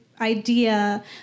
idea